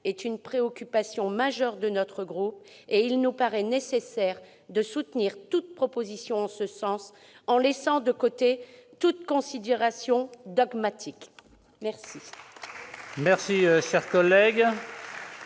étant une préoccupation majeure de notre groupe, il nous paraît nécessaire de soutenir toute proposition en ce sens, indépendamment de toute considération dogmatique !